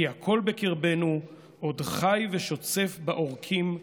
/ כי הכול בקרבנו עוד חי ושוצף בעורקים ולוהט".